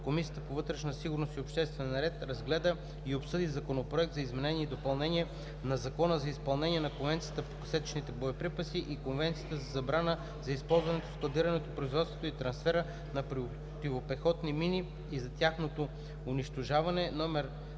Комисията по вътрешна сигурност и обществен ред разгледа и обсъди Законопроект за изменение и допълнение на Закона за изпълнение на Конвенцията по касетъчните боеприпаси и Конвенцията за забраната за използването, складирането, производството и трансфера на противопехотни мини и за тяхното унищожаване,